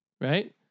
right